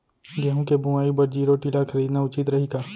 गेहूँ के बुवाई बर जीरो टिलर खरीदना उचित रही का?